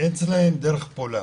- אין אצלם דרך פעולה.